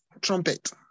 trumpet